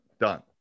done